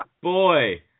boy